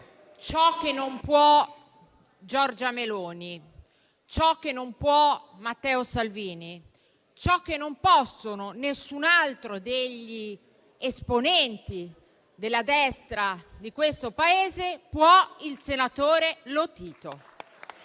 ciò che non può Giorgia Meloni, ciò che non può Matteo Salvini e ciò che non può nessun altro degli esponenti della destra di questo Paese può il senatore Lotito.